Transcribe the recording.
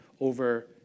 over